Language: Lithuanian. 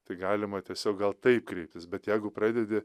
tai galima tiesiog gal tai kreiptis bet jeigu pradedi